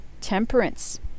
Temperance